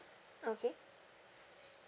okay